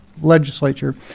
legislature